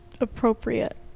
appropriate